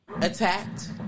attacked